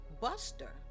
Buster